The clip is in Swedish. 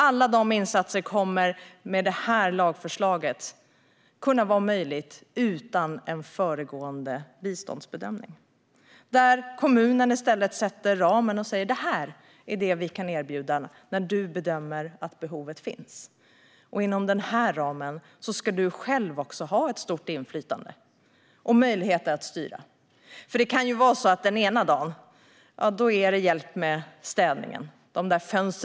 Alla dessa insatser kommer med detta lagförslag att vara möjliga utan en föregående biståndsbedömning. I stället sätter kommunen ramen och säger: Detta är vad vi kan erbjuda när du bedömer att behovet finns. Inom den ramen ska du själv också ha stort inflytande och möjligheter att styra. Det kan vara så att det den ena dagen är hjälp med städningen som behövs.